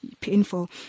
painful